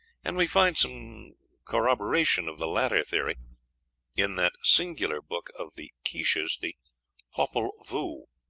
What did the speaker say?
and we find some corroboration of the latter theory in that singular book of the quiches, the popol vuh,